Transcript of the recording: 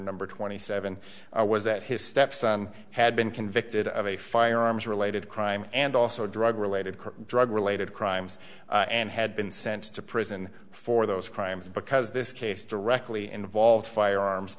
number twenty seven was that his stepson had been convicted of a firearms related crime and also drug related drug related crimes and had been sent to prison for those crimes because this case directly involved firearms